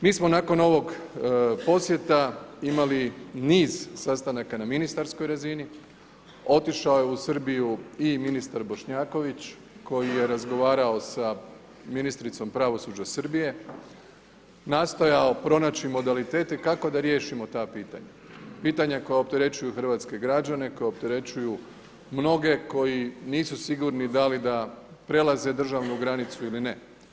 Mi smo nakon ovog posjeta imali niz sastanaka na ministarskoj razini, otišao je u Srbiju i ministar Bošnjaković koji je razgovarao sa ministricom pravosuđa Srbije, nastojao pronaći modalitet i kako da riješimo ta pitanja, pitanja koja opterećuju hrvatske građane, koja opterećuju mnoge koji nisu sigurni da li da prelaze državnu granicu ili ne.